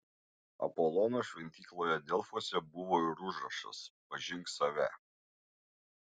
apolono šventykloje delfuose buvo ir užrašas pažink save